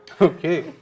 Okay